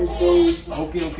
he